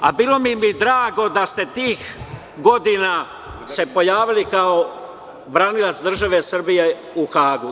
Bilo bi mi drago da ste tih godina se pojavili kao branilac države Srbije u Hagu.